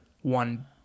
one